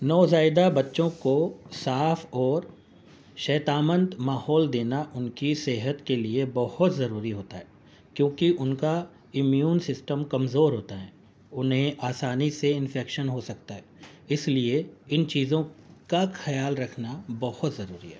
نوزائیدہ بچوں کو صاف اور صحت مند ماحول دینا ان کی صحت کے لیے بہت ضروری ہوتا ہے کیونکہ ان کا امیون سسٹم کمزور ہوتا ہے انہیں آسانی سے انفیکشن ہو سکتا ہے اس لیے ان چیزوں کا خیال رکھنا بہت ضروری ہے